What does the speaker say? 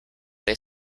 they